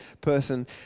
person